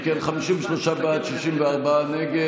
אם כן, 53 בעד, 64 נגד.